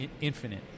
Infinite